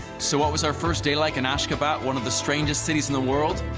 so what was our first day like in ashgabat, one of the strangest cities in the world?